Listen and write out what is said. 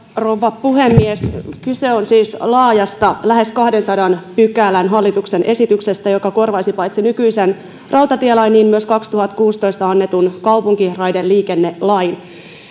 rouva puhemies kyse on siis laajasta lähes kahdensadan pykälän hallituksen esityksestä joka korvaisi paitsi nykyisen rautatielain myös kaksituhattakuusitoista annetun kaupunkiraideliikennelain